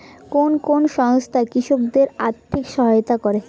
কোন কোন সংস্থা কৃষকদের আর্থিক সহায়তা করে?